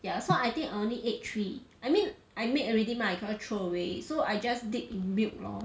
yeah so I think I only ate three I mean I make already mah I cannot throw away so I just dip in milk lor